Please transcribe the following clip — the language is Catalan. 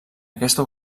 aquesta